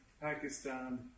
Pakistan